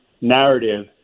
narrative